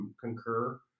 Concur